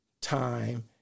time